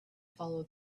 follow